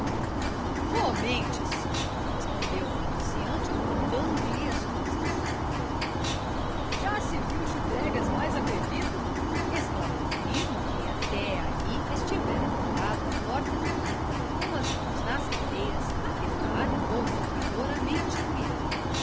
razão fomente se respondeu o negociante voltando-lhe as costas já se viu chubregas mais atrevido exclamou firmo que até ai estivera calado à porta da rita com as mãos nas cadeiras a fitar provocadoramente o